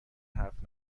حرف